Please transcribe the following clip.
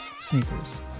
sneakers